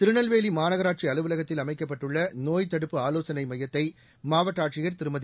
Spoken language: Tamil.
திருநெல்வேலி மாநகராட்சி அலுவலகத்தில் அமைக்கப்பட்டுள்ள நோய்த் தடுப்பு ஆலோசனை மையத்தை மாவட்ட ஆட்சியர் திருமதி